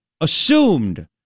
Assumed